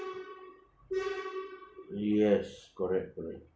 yes correct correct